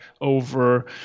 over